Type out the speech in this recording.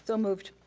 so moved.